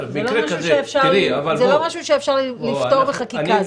זה לא משהו שאפשר לפתור בחקיקה.